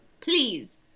please